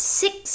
six